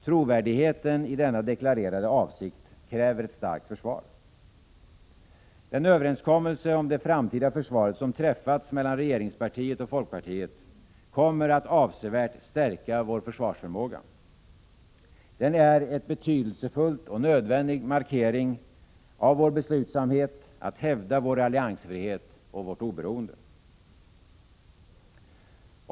Trovärdigheten i denna deklarerade avsikt kräver ett starkt försvar. Den överenskommelse om det framtida försvaret som träffats mellan regeringspartiet och folkpartiet kommer att avsevärt stärka vår försvarsförmåga. Det är en betydelsefull och nödvändig markering av vår beslutsamhet att hävda vår alliansfrihet och vårt oberoende.